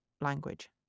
language